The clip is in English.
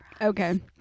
Okay